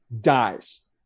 dies